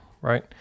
right